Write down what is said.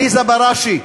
עליזה בראשי,